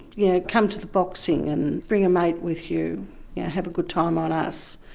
you know, come to the boxing, and bring a mate with you, and have a good time on us,